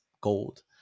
gold